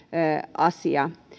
asia